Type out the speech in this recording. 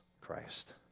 Christ